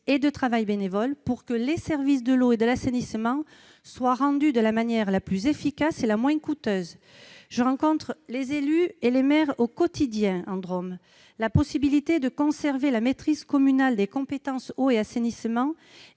et de travail bénévole, pour que les services de l'eau et de l'assainissement soient rendus de la manière la plus efficace et la moins coûteuse possible. Je rencontre les élus et les maires au quotidien dans la Drôme. Pouvoir conserver la maîtrise communale des compétences eau et assainissement